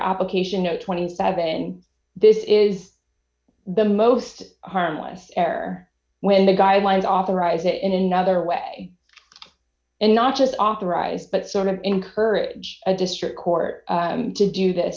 application no twenty seven dollars this is the most harmless error when the guidelines authorize it in another way and not just authorize but sort of encourage a district court to do this